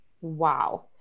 Wow